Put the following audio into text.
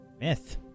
Myth